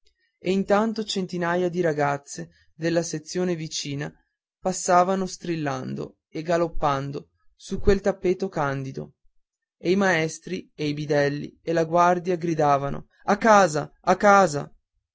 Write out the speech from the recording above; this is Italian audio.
e intanto centinaia di ragazze della sezione vicina passavano strillando e galoppando su quel tappeto candido e i maestri e i bidelli e la guardia gridavano a casa a casa